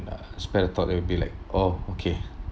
uh spare the thought it will be like oh okay